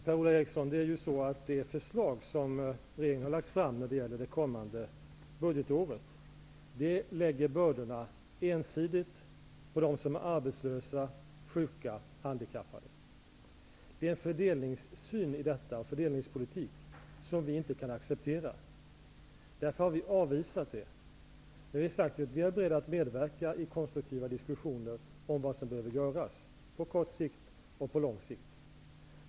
Fru talman! Det förslag som regeringen har lagt fram när det gäller det kommande budgetåret, Per Ola Eriksson, lägger bördorna ensidigt på dem som är arbetslösa, sjuka eller handikappade. Det är en fördelningssyn och en fördelningspolitik som vi inte kan acceptera. Vi har sagt att vi är beredda att medverka i konstruktiva diskussioner om vad som behöver göras på kort och på lång sikt.